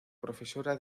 profesora